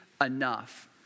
enough